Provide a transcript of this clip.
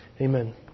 Amen